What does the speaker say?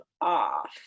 off